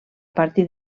partir